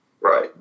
Right